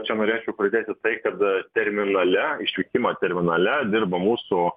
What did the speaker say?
čia norėčiau pajudėti tai kad terminale išvykimo terminale dirba mūsų